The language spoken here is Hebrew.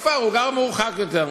בכפר הוא מרוחק יותר.